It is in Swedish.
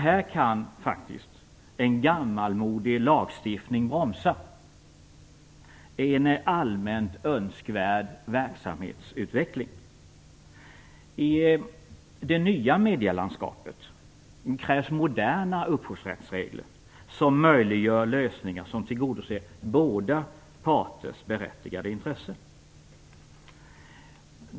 Här kan faktiskt en gammalmodig lagstiftning bromsa en allmänt önskvärd verksamhetsutveckling. I det nya medielandskapet krävs moderna upphovsrättsregler, som möjliggör lösningar som tillgodoser båda parters berättigade intressen.